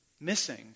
missing